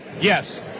yes